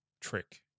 trick